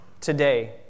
today